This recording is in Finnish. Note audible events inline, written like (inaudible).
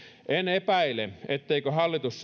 en epäile etteikö hallitus (unintelligible)